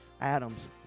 Adam's